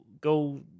go